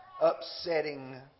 upsetting